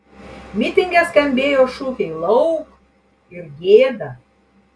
mitinge skambėjo šūkiai lauk ir gėda